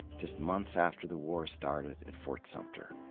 just months after the war started at fort sumter.